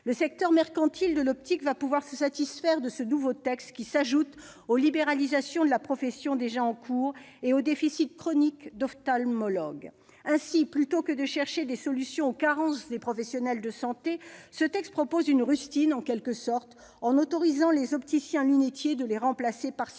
Le secteur mercantile de l'optique va pouvoir se satisfaire de ce nouveau texte, qui s'ajoute aux libéralisations de la profession déjà en cours et au déficit chronique d'ophtalmologues. Ainsi, plutôt que de chercher des solutions aux carences de professionnels de santé, ce texte propose une sorte de rustine en autorisant les opticiens-lunetiers à les remplacer partiellement.